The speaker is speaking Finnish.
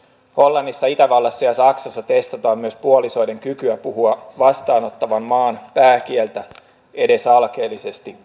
hollannissa itävallassa ja saksassa testataan myös puolisoiden kykyä puhua vastaanottavan maan pääkieltä edes alkeellisesti